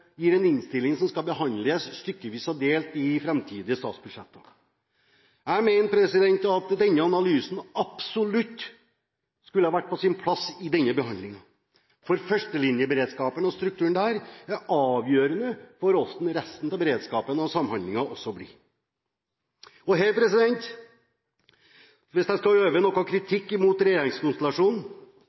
gir en innstilling som skal behandles stykkevis og delt i framtidige statsbudsjetter. Jeg mener at denne analysen absolutt skulle ha vært på plass i denne behandlingen, for førstelinjeberedskapen og strukturen der er avgjørende for hvordan resten av beredskapen og samhandlingen blir. Hvis jeg skal øve noe kritikk mot regjeringskonstellasjonen,